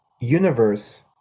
universe